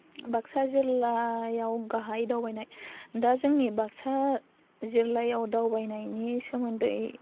बाक्सा जिल्लायाव गाहाय दावबायनाय दा जोंनि बाक्सा जिल्लायाव दावबायनायनि सोमोन्दै